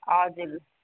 हजुर